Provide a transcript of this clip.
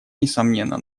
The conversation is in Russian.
несомненно